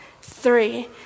Three